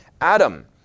Adam